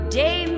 day